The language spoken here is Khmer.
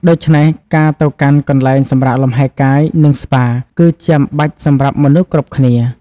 ដូច្នេះ ការទៅកាន់កន្លែងសម្រាកលំហែកាយ និងស្ប៉ាគឺចាំបាច់សម្រាប់មនុស្សគ្រប់គ្នា។